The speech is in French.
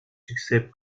succès